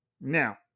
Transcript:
Now